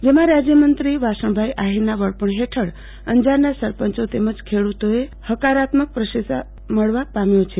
જેમાં રાજયમંત્રી વાસણભાઈ આફિરના વડપણ હેઠળ અંજારના સરપંચો તેમજ ખેડુતોએ ફકારાત્મક પ્રતિસાદ મળવા પામ્યો છે